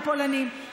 הפולנים,